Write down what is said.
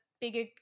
bigger